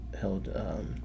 held